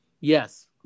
yes